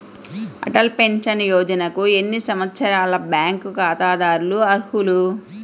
Atal pension యోజనకు ఎన్ని సంవత్సరాల బ్యాంక్ ఖాతాదారులు అర్హులు?